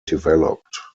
developed